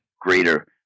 greater